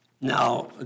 Now